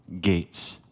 gates